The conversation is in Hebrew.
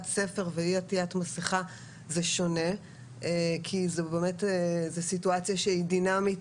ספר ואי-עטית מסכה זה שונה כי זו סיטואציה שהיא דינמית,